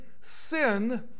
sin